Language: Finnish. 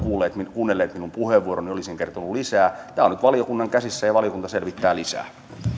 kuunnelleet minun puheenvuoroni niin olisin kertonut lisää tämä on nyt valiokunnan käsissä ja ja valiokunta selvittää lisää